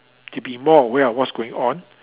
to be more aware of what's going on